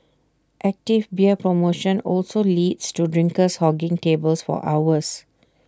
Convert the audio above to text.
active beer promotion also leads to drinkers hogging tables for hours